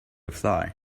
fly